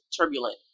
turbulent